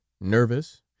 nervous